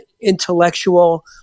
intellectual